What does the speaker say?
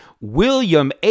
William